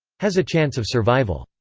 has a chance of survival.